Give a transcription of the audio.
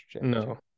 No